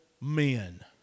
men